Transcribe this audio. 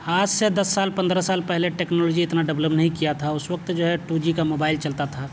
آج سے دس سال پندرہ سال پہلے ٹیکنالوجی اتنا ڈویلپ نہیں کیا تھا اس وقت جو ہے ٹو جی کا موبائل چلتا تھا